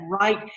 right